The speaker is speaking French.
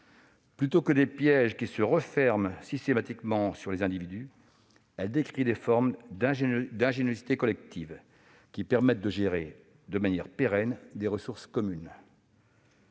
Plutôt que des pièges qui se referment systématiquement sur les individus, elle décrit des formes d'ingéniosité collective, qui permettent de gérer de manière pérenne des ressources communes.